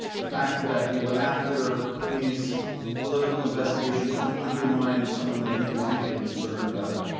the fact that he went after these political investigations to undermine someone that he was deeply concerned about.